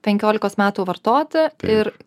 penkiolikos metų vartototi ir